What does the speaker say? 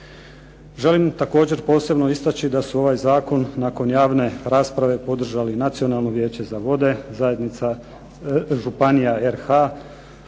Želim također posebno istaći da se ovaj zakon održali nakon javne raspravi Nacionalno vijeće za vode, zajednica županija RH,